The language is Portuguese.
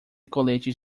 coletes